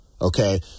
Okay